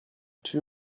two